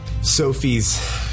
Sophie's